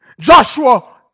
Joshua